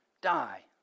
die